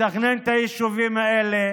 לתכנן את היישובים האלה